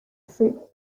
fruit